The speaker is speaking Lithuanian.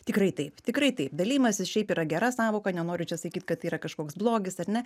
tikrai taip tikrai taip dalijimasis šiaip yra gera sąvoka nenoriu čia sakyt kad tai yra kažkoks blogis ar ne